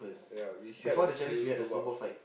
ya we had a few